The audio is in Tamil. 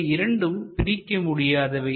இவை இரண்டும் பிரிக்க முடியாதவை